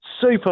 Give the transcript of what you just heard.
super